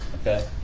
okay